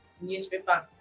newspaper